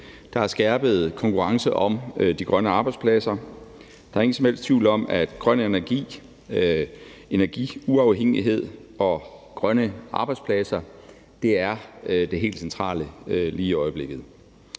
der er skærpet konkurrence om de grønne arbejdspladser. Der er ingen som helst tvivl om, at grøn energi, energiuafhængighed og grønne arbejdspladser er helt centrale områder lige i øjeblikket.